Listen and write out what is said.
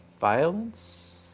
Violence